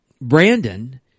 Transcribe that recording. Brandon